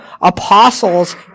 apostles